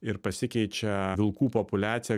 ir pasikeičia vilkų populiacija